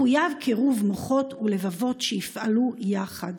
מחויב קירוב מוחות ולבבות שיפעלו יחד.